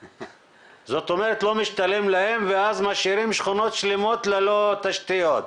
זאת אומרת לא משתלם להם ואז משאירים שכונות שלמות ללא תשתיות?